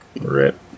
Rip